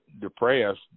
depressed